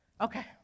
Okay